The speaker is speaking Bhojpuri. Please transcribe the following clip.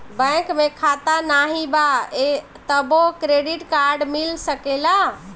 बैंक में खाता नाही बा तबो क्रेडिट कार्ड मिल सकेला?